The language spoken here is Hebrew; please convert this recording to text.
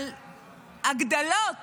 אבל הגדלות